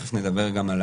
תכף נדבר גם על